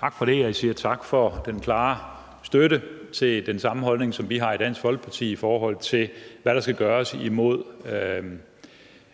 Tak for det, og jeg siger tak for den klare støtte til den samme holdning, som vi har i Dansk Folkeparti, i forhold til hvad der skal gøres imod